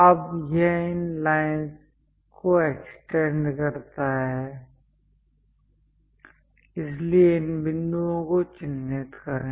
अब यह इन लाइंस को एक्सटेंड करता है इसलिए इन बिंदुओं को चिह्नित करें